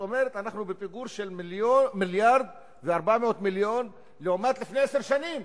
כלומר אנו בפיגור של מיליארד ו-400 מיליון לעומת לפני עשר שנים.